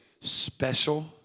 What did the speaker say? special